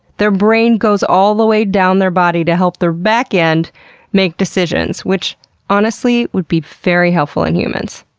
their brain goes all the way down their body to help their back end make decisions, which honestly would be very helpful in humans,